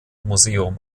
museum